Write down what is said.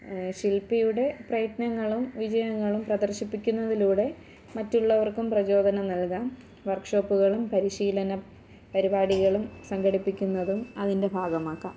ശില്പിയുടെ പ്രയത്നങ്ങളും വിജയങ്ങളും പ്രദർശിപ്പിക്കുന്നതിലൂടെ മറ്റുള്ളവർക്കും പ്രചോദനം നൽകാം വർക്ക് ഷോപ്പുകളും പരിശീലന പരിപാടികളും സംഘടിപ്പിക്കുന്നതും അതിൻ്റെ ഭാഗമാക്കാം